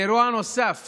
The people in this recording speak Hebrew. באירוע נוסף